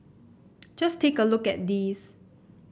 just take a look at these